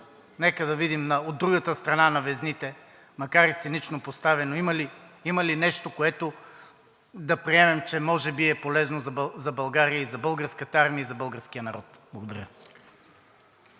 нека да видим от другата страна на везните, макар и цинично поставено – има ли нещо, което да приемем, че може би е полезно за България и за Българската армия, и за българския народ? Благодаря.